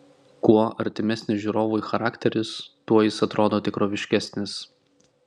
kuo artimesnis žiūrovui charakteris tuo jis atrodo tikroviškesnis